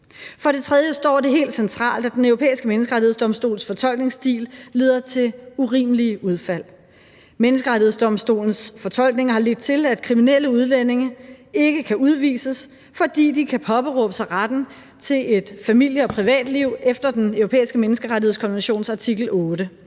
For det tredje står der helt centralt, at Den Europæiske Menneskerettighedsdomstols fortolkningsstil leder til urimelige udfald. Menneskerettighedsdomstolens fortolkning har ledt til, at kriminelle udlændinge ikke kan udvises, fordi de kan påberåbe sig retten til et familie- og privatliv efter Den Europæiske Menneskerettighedskonventions artikel 8.